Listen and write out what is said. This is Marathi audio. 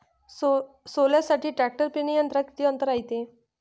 सोल्यासाठी ट्रॅक्टर पेरणी यंत्रात किती अंतर रायते?